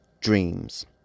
Dreams